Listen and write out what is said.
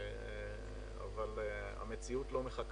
אבל המציאות לא מחכה.